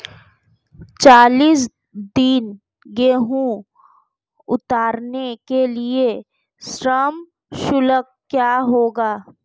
चालीस टन गेहूँ उतारने के लिए श्रम शुल्क क्या होगा?